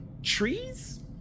trees